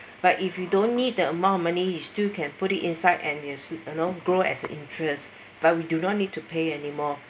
but if you don't need the amount of money you still can put it inside and you know grow as interest but we do not need to pay anymore